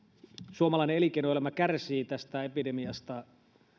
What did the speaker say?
suomalainen elinkeinoelämä kärsii tästä epidemiasta